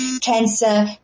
cancer